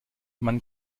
man